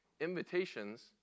invitations